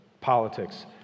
politics